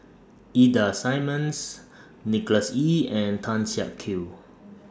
Ida Simmons Nicholas Ee and Tan Siak Kew